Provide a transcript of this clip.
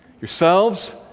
Yourselves